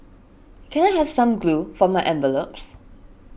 can I have some glue for my envelopes